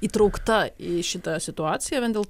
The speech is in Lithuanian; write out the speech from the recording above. įtraukta į šitą situaciją vien dėl